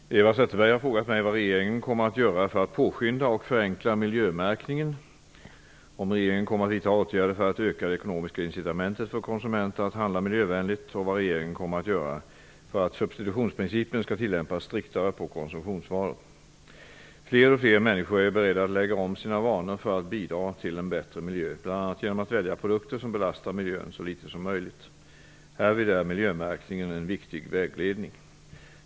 Fru talman! Eva Zetterberg har frågat mig vad regeringen kommer att göra för att påskynda och förenkla miljömärkningen, om regeringen kommer att vidta åtgärder för att öka det ekonomiska incitamentet för konsumenter att handla miljövänligt och vad regeringen kommer att göra för att substitutionsprincipen skall tillämpas striktare på konsumtionsvaror. Fler och fler människor är beredda att lägga om sina vanor för att bidra till en bättre miljö, bl.a. genom att välja produkter som belastar miljön så litet som möjligt. Härvid är miljömärkningen en viktig vägledning.